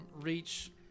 reach